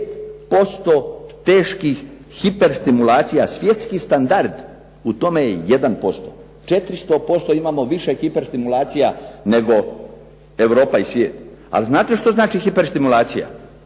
5% teških hiperstimulacija svjetski standard u tome je 1%. 400% imamo više hiperstimulacija nego Europa i svijet. Ali znate što znači hiperstimulacija?